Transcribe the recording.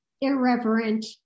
irreverent